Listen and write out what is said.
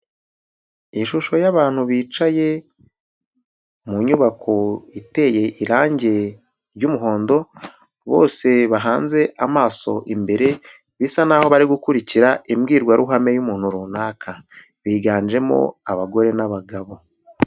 Ishusho y'abantu bicaye mu nyubako iteye irangi ry'umuhondo, bose bahanze amaso imbere, bisa naho bari gukurikira imbwirwaruhame y'umuntu runaka. Biganjemo abagore n'abagabo.